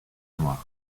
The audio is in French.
noir